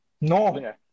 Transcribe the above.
No